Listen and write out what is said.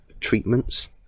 treatments